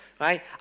Right